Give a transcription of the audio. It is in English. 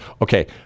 Okay